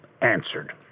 answered